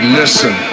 listen